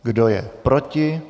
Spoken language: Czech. Kdo je proti?